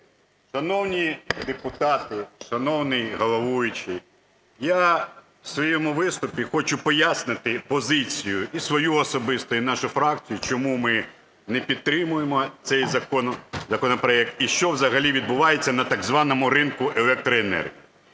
Шановні депутати, шановний головуючий, я у своєму виступі хочу пояснити позицію і свою особисто, і нашої фракції, чому ми не підтримуємо цей законопроект і що взагалі відбувається на так званому ринку електроенергії.